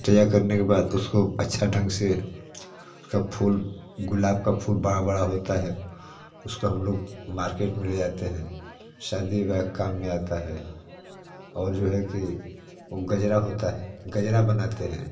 छटैया करने के बाद उसको अच्छे ढंग से के फूल गुलाब का फूल बड़ा बड़ा होता है उसको हम लोग मार्केट में ले जाते हैं शादी ब्याह के काम में आता है और जो है कि वो गजरा होता है गजरा बनाते हैं